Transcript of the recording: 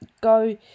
go